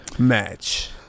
Match